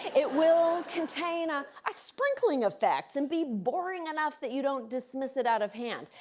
it will contain a ah sprinkling of facts and be boring enough that you don't dismiss it out of hand.